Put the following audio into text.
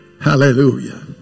Hallelujah